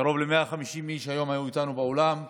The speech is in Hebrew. קרוב ל-150 איש היו איתנו היום באולם.